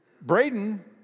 Braden